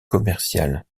commercial